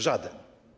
Żaden.